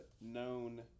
known